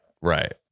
right